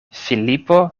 filipo